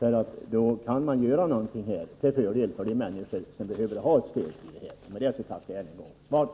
Då kan man också göra något till fördel för människor som behöver ha ett stöd i det här sammanhanget. Med detta tackar jag än en gång för svaret.